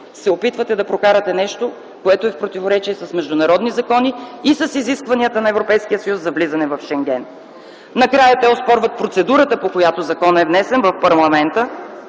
се опитвате да прокарате нещо, което е в противоречие с международни закони и с изискванията на Европейския съюз за влизане в Шенген. Накрая те оспорват процедурата, по която законопроектът е внесен в парламента,